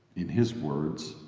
in his words,